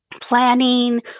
planning